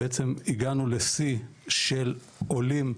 בעצם, הגענו לשיא של עולים,